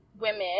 women